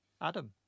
Adam